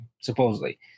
supposedly